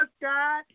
God